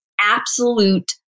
absolute